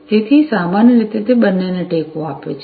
તેથી સામાન્ય રીતે તે બંનેને ટેકો આપશે